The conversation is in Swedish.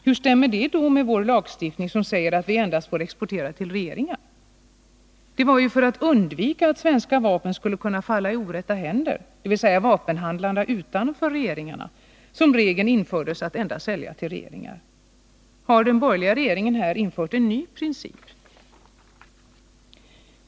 Hur stämmer det med vår lagstiftning, som säger att vi endast får exportera till regeringar? Det var ju för att undvika att svenska vapen skulle falla i orätta händer — dvs. hos vapenhandlare utanför regeringarna — som regeln infördes att endast sälja till regeringar. Har den borderliga regeringen här infört en ny princip?